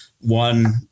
one